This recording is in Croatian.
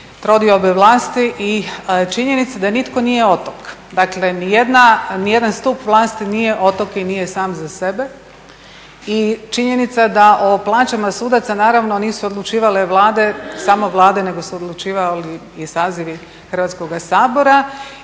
trodiobe vlasti i činjenica da nitko nije otok, dakle ni jedan stup vlasti nije otok i nije sam za sebe. I činjenica da o plaćama sudaca naravno nisu odlučivale Vlade, samo Vlade nego su odlučivali i sazivi Hrvatskoga sabora